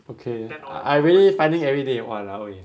okay I really finding everyday !walao! eh